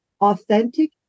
authentic